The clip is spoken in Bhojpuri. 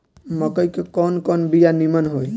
मकई के कवन कवन बिया नीमन होई?